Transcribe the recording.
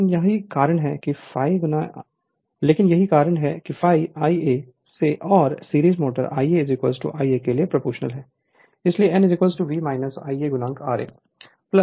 लेकिन यही कारण है कि ∅ Ia से और सीरीज मोटर Ia Ia के लिए प्रोपोर्शनल है इसलिए n V Ia ra R S Ia लिख सकते हैं